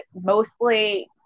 mostly